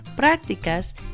Prácticas